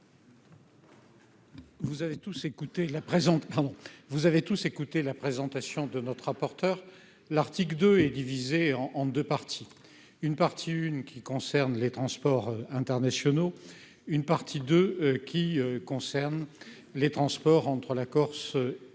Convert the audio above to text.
vous avez tous écouter la présentation de notre rapporteur, l'article 2 est divisée en en 2 parties, une partie, une qui concerne les transports internationaux, une partie de qui concerne les transports entre la Corse, les outre-mer